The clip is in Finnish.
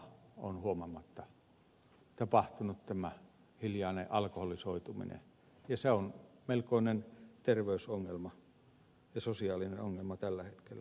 huomaamatta on tapahtunut tämä hiljainen alkoholisoituminen ja se on melkoinen terveysongelma ja sosiaalinen ongelma tällä hetkellä